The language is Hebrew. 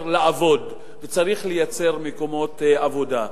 לאנשים לעבוד וצריך לייצר מקומות עבודה.